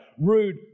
Rude